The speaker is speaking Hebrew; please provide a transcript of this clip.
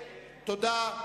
תודה.